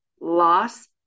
loss